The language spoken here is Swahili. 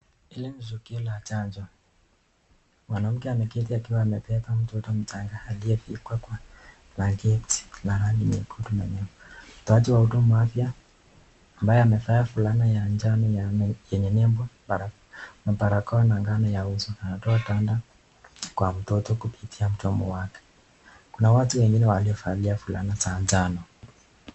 Hili ni tukio la chanjo mwanamke ameketi akiwa amebeba mtoto mchanga aliyevikwa kwa blanketi la rangi nyekundu na nyeupe. Mtoaji wa huduma ya afya ambaye amevaa fulana ya njano yenye nembo na barakoa na ngano ya uso anatoa tanda kwa mtoto kupitia mdomo wake, kuna watu wengine waliovalia fulana za njano.